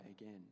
again